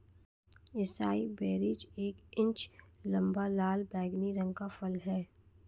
acai berries एक inch लंबा, लाल बैंगनी रंग का फल है